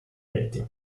reti